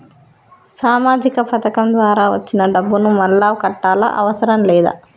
సామాజిక పథకం ద్వారా వచ్చిన డబ్బును మళ్ళా కట్టాలా అవసరం లేదా?